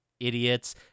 idiots